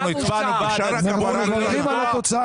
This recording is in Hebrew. הצבענו בעד הציבור, בעד בריאות הציבור.